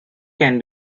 can